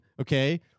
okay